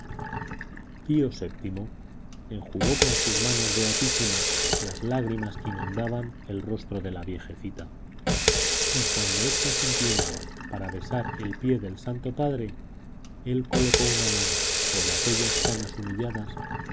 prisionero pío vii enjugó con sus manos beatísimas las lágrimas que inundaban el rostro de la viejecita y cuando ésta se inclinaba para besar el pie del santo padre él colocó una mano sobre aquellas canas humilladas